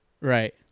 Right